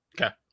Okay